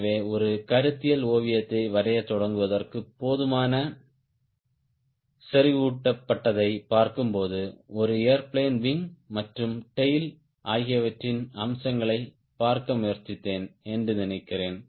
எனவே ஒரு கருத்தியல் ஓவியத்தை வரையத் தொடங்குவதற்கு போதுமான செறிவூட்டப்பட்டதைப் பார்க்கும்போது ஒரு ஏர்பிளேன் விங் மற்றும் டேய்ல் ஆகியவற்றின் அம்சங்களைப் பார்க்க முயற்சித்தேன் என்று நினைக்கிறேன்